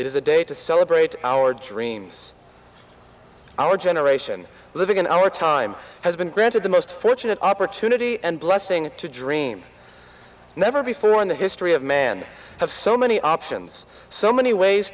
is a day to celebrate our dreams our generation living in our time has been granted the most fortunate opportunity and blessing to dream never before in the history of man have so many options so many ways